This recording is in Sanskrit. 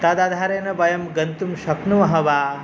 तद् आधारेन वयं गन्तुं शक्नुमः वा